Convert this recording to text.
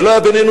לא היה בינינו,